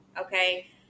Okay